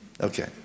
Okay